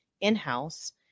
in-house